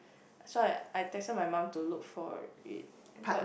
so I I pester my mum to look for it but